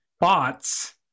bots